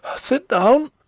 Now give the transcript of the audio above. sit down.